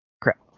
crap